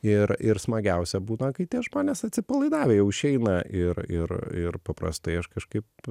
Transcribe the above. ir ir smagiausia būna kai tie žmonės atsipalaidavę jau išeina ir ir ir paprastai aš kažkaip